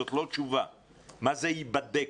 מה זה "ייבדק"?